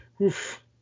Oof